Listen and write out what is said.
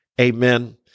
amen